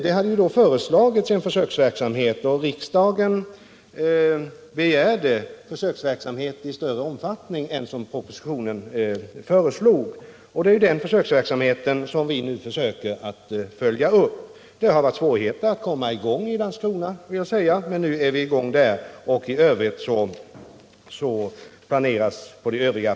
Det hade föreslagits en försöksverksamhet, och riksdagen begärde en sådan i större omfattning än vad propositionen föreslog. Det är den försöksverksamheten vi nu försöker följa upp. Vi har haft svårigheter att komma i gång i Landskrona, vill jag säga, men nu är vi i gång där. Och på de övriga platserna planeras verksamheten.